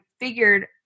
figured